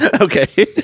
Okay